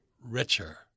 Richer